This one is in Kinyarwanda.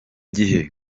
gihe